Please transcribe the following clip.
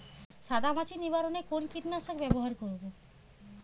সাদা মাছি নিবারণ এ কোন কীটনাশক ব্যবহার করব?